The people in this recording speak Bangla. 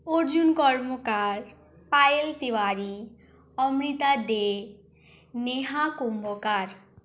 অর্জুন কর্মকার পায়েল তিওয়ারি অমৃতা দে নেহা কুম্ভকার